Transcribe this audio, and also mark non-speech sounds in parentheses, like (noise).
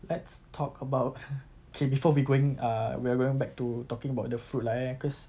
let's talk about (laughs) okay before we going err we're going back to talking about the fruit lah eh cause